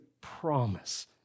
promise